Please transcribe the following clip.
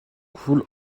coule